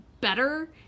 better